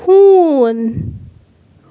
ہوٗن